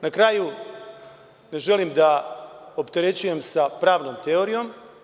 Na kraju, ne želim da opterećujem sa pravnom teorijom.